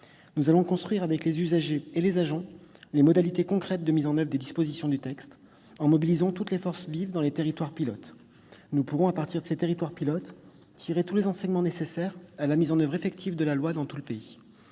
nous allons construire avec les usagers et les agents les modalités concrètes de mise en oeuvre des dispositions du texte, en mobilisant toutes les forces vives dans les territoires pilotes. À partir de ces territoires, nous pourrons tirer tous les enseignements nécessaires à la mise en oeuvre effective de la loi dans tout le pays.